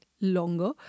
longer